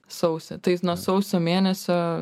sausį tai nuo sausio mėnesio